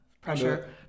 Pressure